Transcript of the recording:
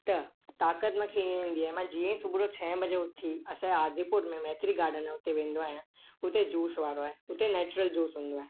त ताक़त मूंखे ईअं ईंदी आहे मां जीअं ई सुबुह जो छह बजे उथी असांजे आदिपुर में मैत्री गार्डन आहे उते वेंदो आहियां उते जूस वारो आहे उते नैचुरल जूस हूंदो आहे